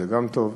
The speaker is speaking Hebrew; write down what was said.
זה גם טוב,